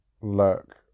look